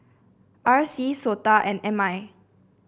R C SOTA and M I